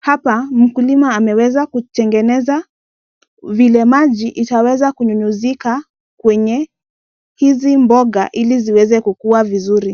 hapa mkulima ameweza kutengeneza vile maji itaweza kunyunyuzika kwenye hizi mboga ili ziweze kukua vizuri.